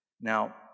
Now